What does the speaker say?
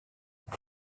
when